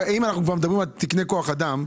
אם אנחנו מדברים על תקני כוח אדם,